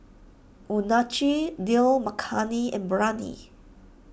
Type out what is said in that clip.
Unagi Dal Makhani and Biryani